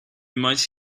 might